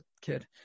kid